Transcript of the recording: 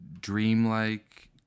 dreamlike